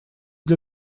для